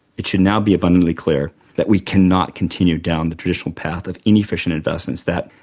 it should now be abundantly clear that we cannot continue down the traditional path of inefficient investments that,